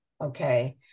okay